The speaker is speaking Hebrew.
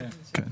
פה פה.